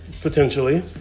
Potentially